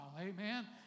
amen